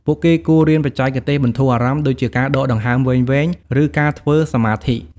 ពួកគេគួររៀនបច្ចេកទេសបន្ធូរអារម្មណ៍ ដូចជាការដកដង្ហើមវែងៗ ឬការធ្វើសមាធិ។